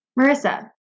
Marissa